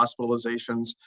hospitalizations